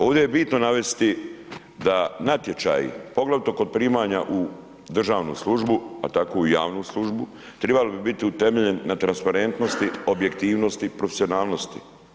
Ovdje je bitno navesti da natječaji poglavito kod primanja u državnu službu pa tako i u javnu službu, trebali biti utemeljeni na transparentnosti, objektivnosti i profesionalnosti.